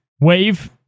wave